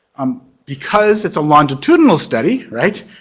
um because it's a longitudinal study, right,